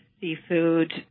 seafood